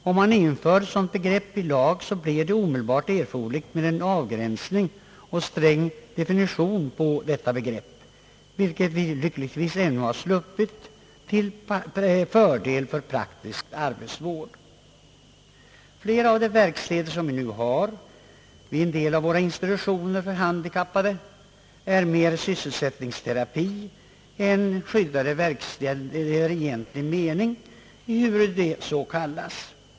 Om man inför ett sådant begrepp i lag, så blir det omedelbart erforderligt med en avgränsning och en sträng definition därav — vilket vi lyckligtvis ännu har sluppit, till fördel för praktisk arbetsvård. Flera av de verkstäder, som nu finns vid våra institutioner för handikappade, är mer avdelningar för sysselsättningsterapi än skyddade verkstäder i egentlig mening, ehuru de så kallas.